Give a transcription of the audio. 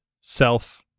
self